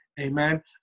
Amen